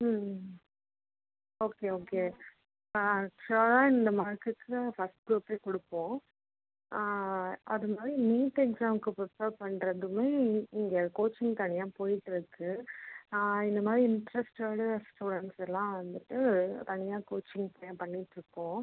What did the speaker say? ம் okay okay ஆ ஷோர்ராக இந்த மார்க்குக்கு ஃபர்ஸ்ட் குரூப்பே கொடுப்போம் அது மாதிரி நீட் எக்ஸாமுக்கு ப்ரிப்பேர் பண்ணுறதுக்குமே இங் இங்கே கோச்சிங் தனியாக போயிட்டுருக்கு இந்த மாதிரி இன்ட்ரெஸ்ட்டட் ஸ்டுடென்ட்ஸ்லாம் வந்துட்டு தனியாக கோச்சிங் தனியாக பண்ணிட்டுருக்கோம்